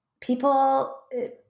people